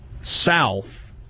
south